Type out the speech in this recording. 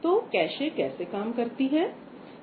तो कैशे कैसे काम करती है